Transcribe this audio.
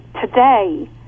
today